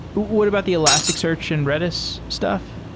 what about the elasticsearch and redis stuff?